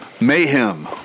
Mayhem